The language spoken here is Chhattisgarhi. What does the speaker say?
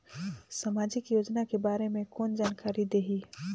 समाजिक योजना के बारे मे कोन जानकारी देही?